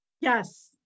yes